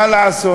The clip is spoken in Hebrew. מה לעשות,